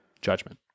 Judgment